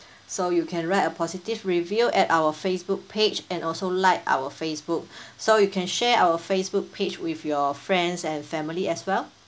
so you can write a positive review at our Facebook page and also like our Facebook so you can share our Facebook page with your friends and family as well